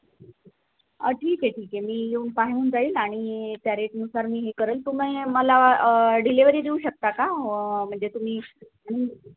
ठीक आहे ठीक आहे मी येऊन पाहून जाईल आणि त्या रेटनुसार मी हे करेल तुम्ही मला डिलेवरी देऊ शकता का म्हणजे तुम्ही